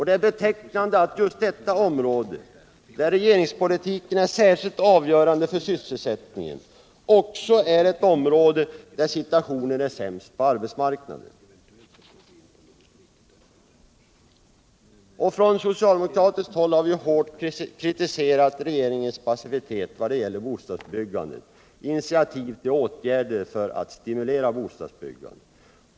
Det är betecknande att just detta område, där regeringspolitiken är särskilt avgörande för sysselsättningen, också är ett område där situationen är sämst på arbetsmarknaden. Från socialdemokratiskt håll har vi hårt kritiserat regeringens passivitet på området, bristen på initiativ till åtgärder för att stimulera bostadsbyggandet.